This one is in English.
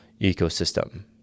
ecosystem